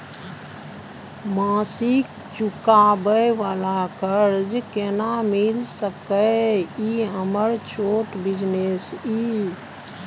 मासिक चुकाबै वाला कर्ज केना मिल सकै इ हमर छोट बिजनेस इ?